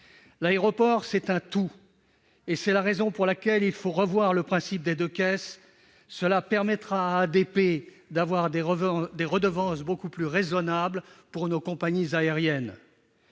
L'aéroport, c'est un tout, et c'est la raison pour laquelle il faut revoir le principe des deux caisses : cela permettra à ADP de fixer des redevances d'un montant beaucoup plus raisonnable pour nos compagnies aériennes.